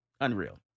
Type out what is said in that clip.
unreal